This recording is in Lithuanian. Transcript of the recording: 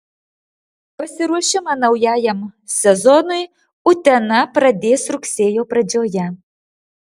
pasiruošimą naujajam sezonui utena pradės rugsėjo pradžioje